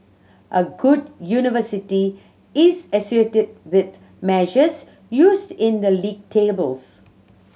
a good university is associated with measures used in the league tables